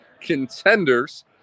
contenders